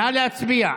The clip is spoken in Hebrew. נא להצביע.